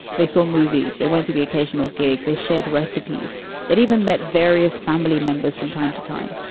they saw movies. they went to the occasional gig. they shared recipes that even met various family members. from time to time,